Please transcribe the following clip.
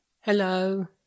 Hello